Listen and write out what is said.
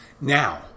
Now